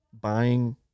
buying